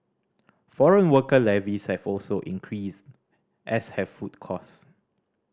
foreign worker levies have also increased as have food cost